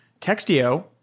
Textio